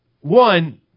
one